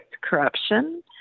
corruption